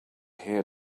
here